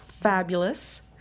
fabulous